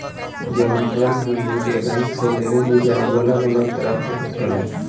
जवन कर्ज हमनी के बैंक से लेवे निजा उ अलग अलग तरह के होखेला